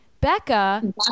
Becca